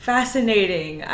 Fascinating